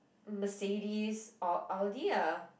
Mercedes or Audi ah